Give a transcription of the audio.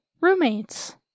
roommates